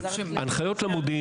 אני עומד מאחורי הדברים.